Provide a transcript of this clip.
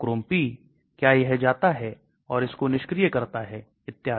pH के खिलाफ membrane के पार निष्क्रिय प्रसार